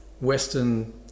Western